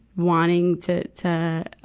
wanting to, to,